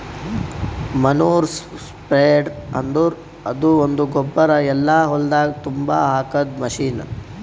manure spreader ಅಂದುರ್ ಅದು ಒಂದು ಗೊಬ್ಬರ ಎಲ್ಲಾ ಹೊಲ್ದಾಗ್ ತುಂಬಾ ಹಾಕದ್ ಮಷೀನ್